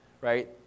right